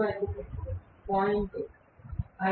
25 hertz 0